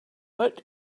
what